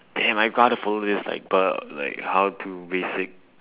damn I gotta follow this like like how to basic